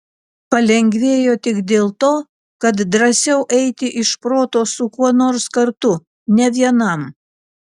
palengvėjo tik dėl to kad drąsiau eiti iš proto su kuo nors kartu ne vienam